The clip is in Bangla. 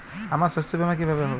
আমার শস্য বীমা কিভাবে হবে?